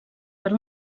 per